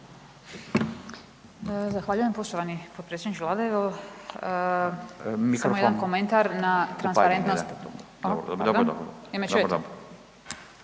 Zahvaljujem. Poštovani potpredsjedniče Vlade. Samo jedan komentar na transparentnost, dakle